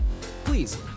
Please